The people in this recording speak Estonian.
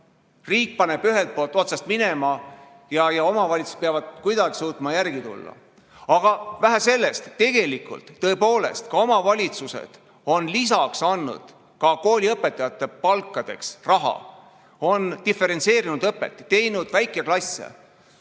Riik paneb ühelt poolt otsast minema ja omavalitsused peavad kuidagi suutma järele tulla. Aga vähe sellest, tegelikult on omavalitsused tõepoolest lisaks andnud kooliõpetajate palkadeks raha, on diferentseerinud õpet, teinud väikeklasse,